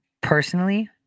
personally